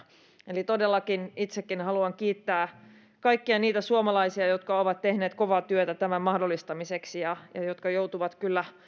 eli todellakin itsekin haluan kiittää kaikkia niitä suomalaisia jotka ovat tehneet kovaa työtä tämän mahdollistamiseksi ja ja jotka joutuvat kyllä